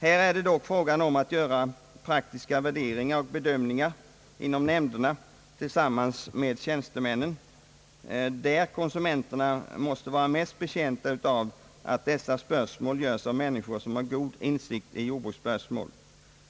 Här är det dock frågan om att göra praktiska värderingar och bedömningar inom nämnderna tillsammans med tjänstemännen, där konsumenterna måste vara mest betjänta av att dessa görs av människor som har god insikt i jordbruksspörsmål.